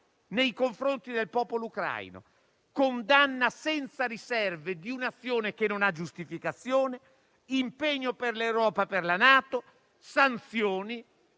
nei confronti del popolo ucraino; condanna senza riserve di un'azione che non ha giustificazione; impegno per l'Europa e per la NATO; sanzioni.